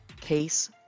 Case